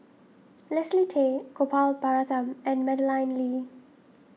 Leslie Tay Gopal Baratham and Madeleine Lee